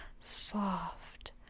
soft